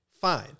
Fine